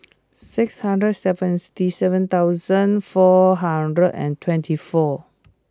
six hundred seventy seven four hundred and twenty four